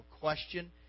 question